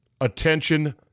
Attention